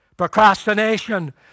Procrastination